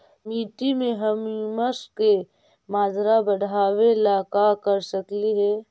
मिट्टी में ह्यूमस के मात्रा बढ़ावे ला का कर सकली हे?